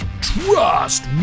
trust